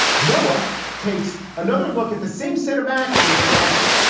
noah takes another look at the same set of actions and asks,